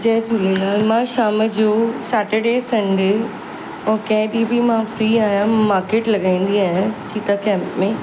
जय झूलेलाल मां शाम जो सैटर्डे संडे ऐं कंहिं ॾींहुं बि मां फ्री आहियां मार्केट लॻाईंदी आहियां चीता केंप में